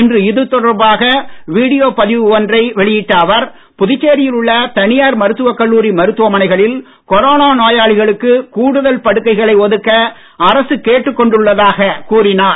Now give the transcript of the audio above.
இன்று இது தொடர்பாக வீடியோ பதிவு ஒன்றை வெளியிட்ட அவர் புதுச்சேரியில் உள்ள தனியார் மருத்துவ கல்லூரி மருத்துவ மனைகளில் கொரோனா நோயாளிகளுக்கு கூடுதல் படுக்கைகளை ஒதுக்க அரசு கேட்டுக்கொண்டுள்ளதாக கூறினார்